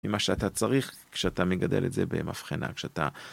מה שאתה צריך כשאתה מגדל את זה במבחנה, כשאתה...